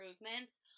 improvements